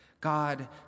God